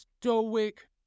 Stoic